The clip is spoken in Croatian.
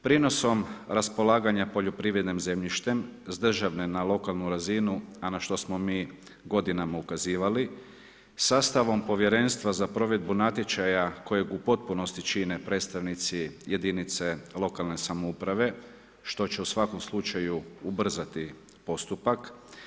Prinosom raspolaganja poljoprivrednim zemljištem s državne na lokalnu razinu, a na što smo mi godinama ukazivali, sastavom povjerenstva, za provedbu natječaja, kojeg u potpunosti čine predstavnici jedinice lokalne samouprave, što će u svakom slučaju ubrzati postupak.